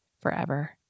forever